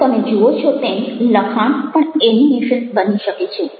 હવે તમે જુઓ છો તેમ લખાણ પણ એનિમેશન બની શકે છે